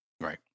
Right